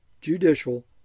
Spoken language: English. judicial